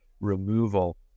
removal